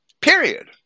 period